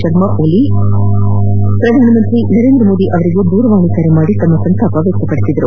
ಶರ್ಮಾ ಓಲಿ ಪ್ರಧಾನಮಂತ್ರಿ ನರೇಂದ್ರ ಮೋದಿ ಅವರಿಗೆ ದೂರವಾಣಿ ಕರೆ ಮಾಡಿ ತಮ್ಮ ಸಂತಾಪ ಸೂಚಿಸಿದರು